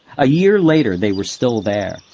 a year later they were still there,